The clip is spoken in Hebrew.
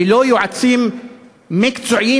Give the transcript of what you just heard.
ללא יועצים מקצועיים,